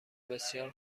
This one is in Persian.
بسیار